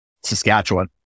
Saskatchewan